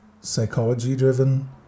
psychology-driven